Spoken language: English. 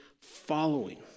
following